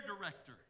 director